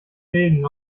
regen